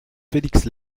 félix